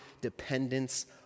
dependence